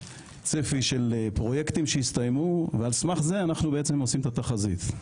צפי של פרויקטים שהסתיימו ועל סמך זה אנחנו בעצם עושים את התחזית.